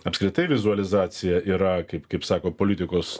apskritai vizualizacija yra kaip kaip sako politikos